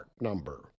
number